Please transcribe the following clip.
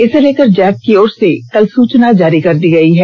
इसे लेकर जैक की ओर से कल सूचना जारी कर दी गई है